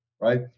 right